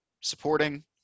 supporting